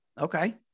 Okay